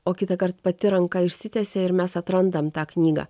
o kitąkart pati ranka išsitiesia ir mes atrandam tą knygą